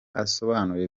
asobanura